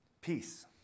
Peace